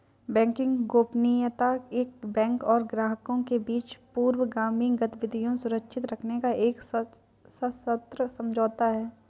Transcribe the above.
banking गोपनीयता एक bank और ग्राहकों के बीच पूर्वगामी गतिविधियां सुरक्षित रखने का एक सशर्त समझौता है